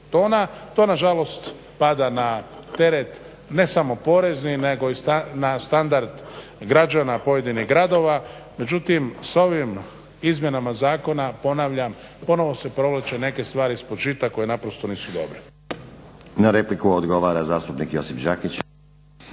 To nažalost pada na teret ne samo porezni nego i na standard građana pojedinih gradova, međutim s ovim izmjenama zakona ponavljam ponovno se provlače neke stvari ispod žita koje naprosto nisu dobre.